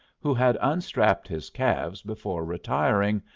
who had unstrapped his calves before retiring,